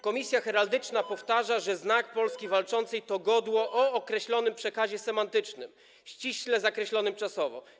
Komisja Heraldyczna powtarza, że Znak Polski Walczącej to godło o określonym przekazie semantycznym, ściśle zakreślonym czasowo.